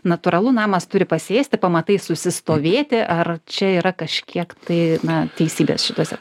natūralu namas turi pasėsti pamatai susistovėti ar čia yra kažkiek tai na teisybės šituose